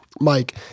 Mike